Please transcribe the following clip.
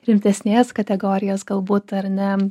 rimtesnės kategorijos galbūt ar ne